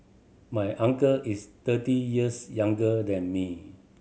my uncle is thirty years younger than me